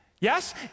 Yes